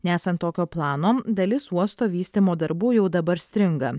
nesant tokio plano dalis uosto vystymo darbų jau dabar stringa